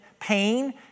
pain